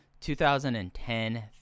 2010